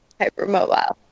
hypermobile